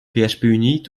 phpunit